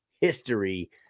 history